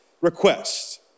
request